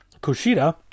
Kushida